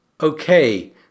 Okay